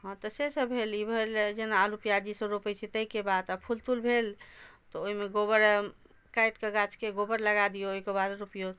हँ तऽ से सब भेल ई भेल जेना आलू पियाज ई सब रोपै छियै तै के बाद आओर फूल तूल भेल तऽ ओइमे गोबर काटिके गाछके गोबर लगाए दियौ ओइके बाद रोपियौ